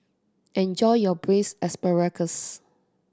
enjoy your Braised Asparagus